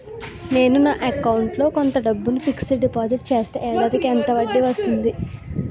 నేను నా అకౌంట్ లో కొంత డబ్బును ఫిక్సడ్ డెపోసిట్ చేస్తే ఏడాదికి ఎంత వడ్డీ వస్తుంది?